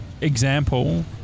example